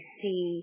see